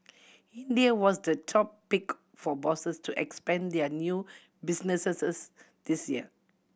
India was the top pick for bosses to expand their new businesses this year